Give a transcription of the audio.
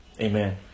Amen